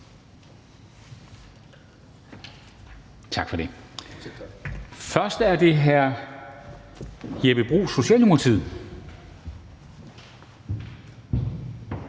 ordførerrækken. Først er det hr. Jeppe Bruus, Socialdemokratiet.